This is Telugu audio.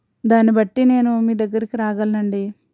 దాన్ని బట్టి నేను మీ దగ్గరకి రాగలను అండి